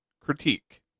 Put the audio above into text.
Critique